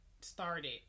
started